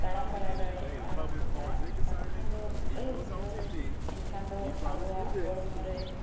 ᱛᱟᱲᱟᱢ ᱵᱟᱲᱟ ᱫᱟᱲᱮᱭᱟᱜᱼᱟ ᱥᱮᱛᱟᱜ ᱵᱟᱝᱠᱷᱟᱱ ᱫᱚ ᱟᱹᱭᱩᱵ ᱡᱚᱠᱷᱚᱱ ᱮᱱᱠᱷᱟᱱ ᱫᱚ ᱟᱵᱚᱣᱟᱜ ᱦᱚᱲᱢᱚ ᱨᱮ